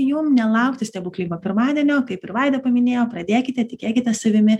jums nelaukti stebuklingo pirmadienio kaip ir vaida paminėjo pradėkite tikėkite savimi